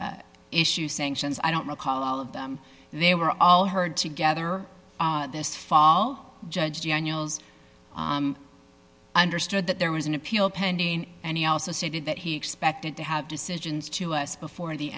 education issue sanctions i don't recall all of them they were all heard together this fall judge daniels understood that there was an appeal pending and he also stated that he expected to have decisions to us before the